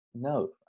No